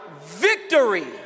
victory